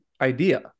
idea